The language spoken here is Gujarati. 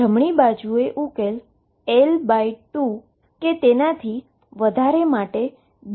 જમણી બાજુએ ઉકેલ L2 કે તેના થી વધારે માટે ડીકે થવો જોઈએ